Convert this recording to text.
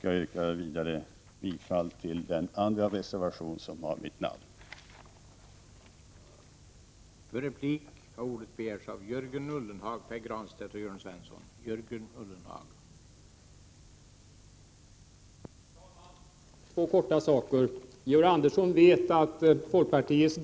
Jag yrkar vidare bifall till den andra reservationen, där mitt namn finns med.